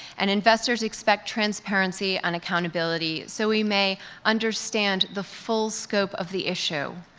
and investors expect transparency and accountability so we may understand the full scope of the issue.